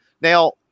Now